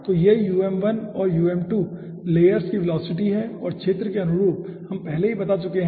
तो ये um1 और um2 लेयर्स की वेलोसिटी हैं और क्षेत्र के अनुरूप हम पहले ही बता चुके हैं